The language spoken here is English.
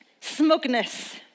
smugness